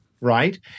Right